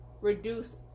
reduce